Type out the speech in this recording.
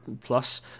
plus